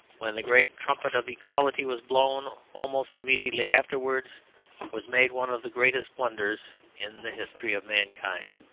when the great trumpet of equality was blown, almost immediately afterwards was made one of the greatest blunders in the history of mankind.